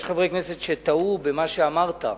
יש חברי כנסת שטעו במה שאמרת.